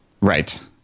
Right